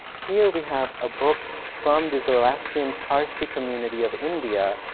here we have a book from the zoroastrian parsi community of india.